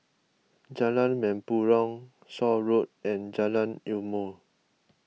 Jalan Mempurong Shaw Road and Jalan Ilmu